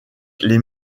les